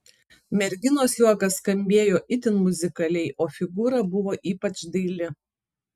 merginos juokas skambėjo itin muzikaliai o figūra buvo ypač daili